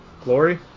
glory